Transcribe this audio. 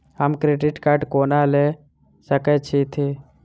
हम credit card कोना लऽ सकै छी?